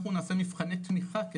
אנחנו נעשה מבחני תמיכה,